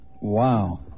Wow